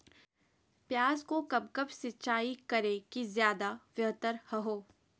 प्याज को कब कब सिंचाई करे कि ज्यादा व्यहतर हहो?